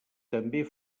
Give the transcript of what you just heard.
també